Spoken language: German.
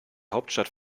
hauptstadt